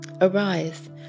Arise